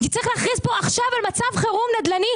צריך להכריז פה עכשיו על מצב חירום נדל"ני,